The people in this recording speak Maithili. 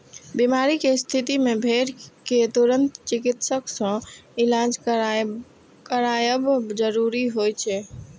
बीमारी के स्थिति मे भेड़ कें तुरंत चिकित्सक सं इलाज करायब जरूरी होइ छै